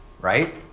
Right